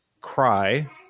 cry